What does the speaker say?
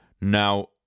now